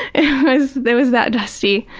it was that was that dusty.